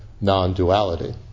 non-duality